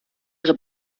ihre